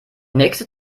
nächste